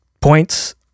points